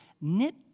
knit